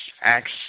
Acts